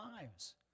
lives